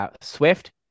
Swift